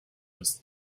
was